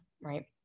right